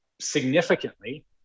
significantly